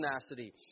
tenacity